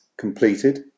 completed